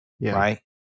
right